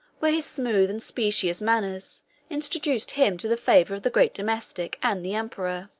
where his smooth and specious manners introduced him to the favor of the great domestic and the emperor.